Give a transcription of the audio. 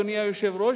אדוני היושב-ראש,